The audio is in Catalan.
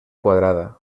quadrada